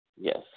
Yes